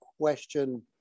question